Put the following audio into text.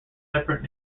separate